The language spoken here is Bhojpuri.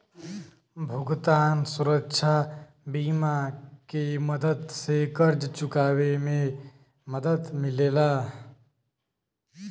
भुगतान सुरक्षा बीमा के मदद से कर्ज़ चुकावे में मदद मिलेला